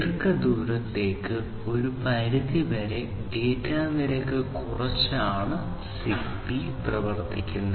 ദീർഘദൂരത്തേക്ക് ഒരു പരിധിവരെ ഡാറ്റ നിരക്ക് കുറച്ചാണ് സിഗ്ബീ പ്രവർത്തിക്കുന്നത്